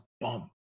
bum